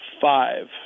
five